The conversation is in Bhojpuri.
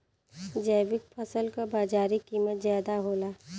जैविक फसल क बाजारी कीमत ज्यादा होला